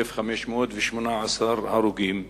1,518 הרוגים,